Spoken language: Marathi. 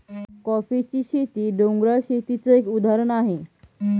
कॉफीची शेती, डोंगराळ शेतीच एक उदाहरण आहे